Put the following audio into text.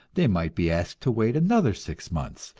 they might be asked to wait another six months,